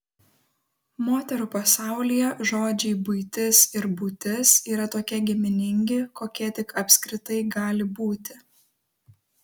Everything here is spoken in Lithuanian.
moterų pasaulyje žodžiai buitis ir būtis yra tokie giminingi kokie tik apskritai gali būti